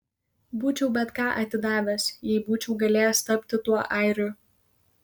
būčiau bet ką atidavęs jei būčiau galėjęs tapti tuo airiu